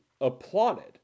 applauded